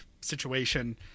situation